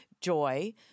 joy